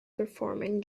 performing